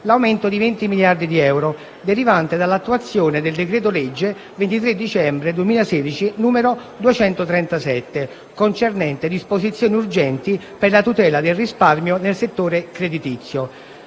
l'aumento di 20 miliardi di euro, derivante dall'attuazione del decreto-legge 23 dicembre 2016, n. 237, concernente «Disposizioni urgenti per la tutela del risparmio nel settore creditizio».